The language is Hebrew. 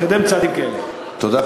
תודה,